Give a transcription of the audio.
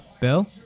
Bill